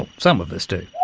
um some of us do.